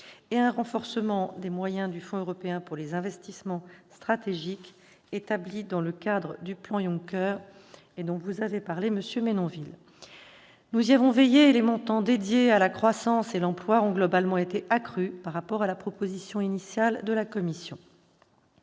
et un renforcement des moyens du Fonds européen pour les investissements stratégiques, établi dans le cadre du plan Juncker, dont vous avez parlé, monsieur Menonville. Nous y avons veillé, les montants dédiés à la croissance et l'emploi ont globalement été accrus par rapport à la proposition initiale de la Commission.